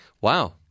wow